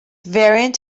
variant